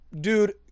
dude